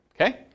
Okay